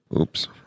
Oops